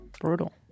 Brutal